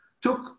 took